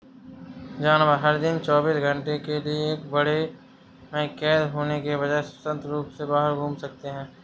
जानवर, हर दिन चौबीस घंटे के लिए एक बाड़े में कैद होने के बजाय, स्वतंत्र रूप से बाहर घूम सकते हैं